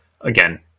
again